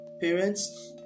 parents